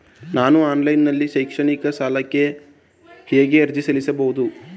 ನಾನು ಆನ್ಲೈನ್ ನಲ್ಲಿ ಶೈಕ್ಷಣಿಕ ಸಾಲಕ್ಕೆ ಹೇಗೆ ಅರ್ಜಿ ಸಲ್ಲಿಸಬಹುದು?